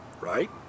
Right